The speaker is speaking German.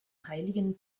heiligen